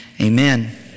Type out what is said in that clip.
Amen